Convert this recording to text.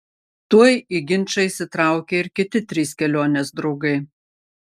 tuoj į ginčą įsitraukė ir kiti trys kelionės draugai